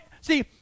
See